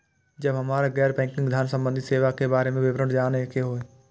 जब हमरा गैर बैंकिंग धान संबंधी सेवा के बारे में विवरण जानय के होय?